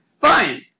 Fine